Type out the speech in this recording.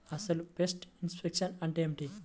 అసలు pest infection అంటే ఏమిటి?